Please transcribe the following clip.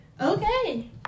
okay